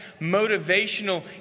motivational